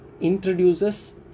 introduces